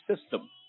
system